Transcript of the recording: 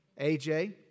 AJ